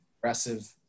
aggressive